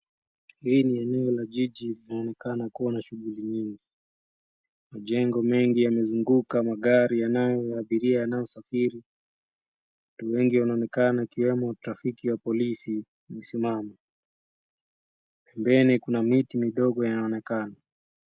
Hii ni eneo la jiji linaonekana kuwa na shughuli nyingi. Majengo mengi yamezunguka magari yanayo abiria yanayosafiri. Watu wengi wanaonekana wakiwemo polisi wa trafiki mesimama. Pembeni kuna miti midogo yanaonekana.